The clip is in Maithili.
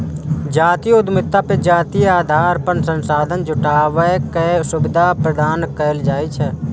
जातीय उद्यमिता मे जातीय आधार पर संसाधन जुटाबै के सुविधा प्रदान कैल जाइ छै